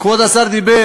כבוד השר דיבר,